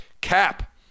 Cap